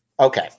Okay